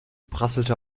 prasselte